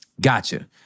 gotcha